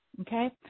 okay